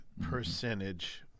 percentage